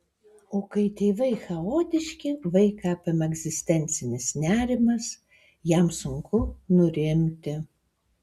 o kai tėvai chaotiški vaiką apima egzistencinis nerimas jam sunku nurimti